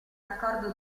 accordo